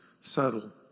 subtle